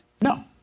No